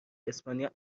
اسپانیا